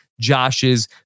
Josh's